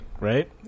right